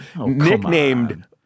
Nicknamed